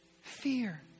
fear